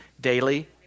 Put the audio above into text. daily